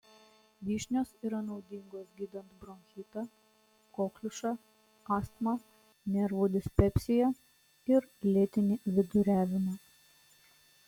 vyšnios yra naudingos gydant bronchitą kokliušą astmą nervų dispepsiją ir lėtinį viduriavimą